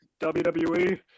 WWE